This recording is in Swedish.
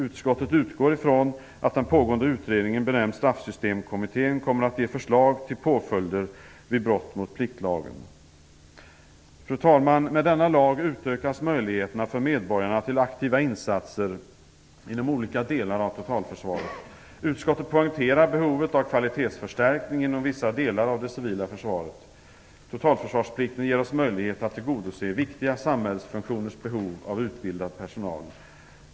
Utskottet utgår från att den pågående utredningen benämnd Straffsystemkommittén kommer att ge förslag till påföljder vid brott mot pliktlagen. Fru talman! Med denna lag utökas möjligheterna för medborgarna till aktiva insatser inom olika delar av totalförsvaret. Utskottet poängterar behovet av kvalitetsförstärkning inom vissa delar av det civila försvaret. Totalförsvarsplikten ger oss möjlighet att tillgodose viktiga samhällsfunktioners behov av utbildad personal.